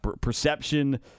perception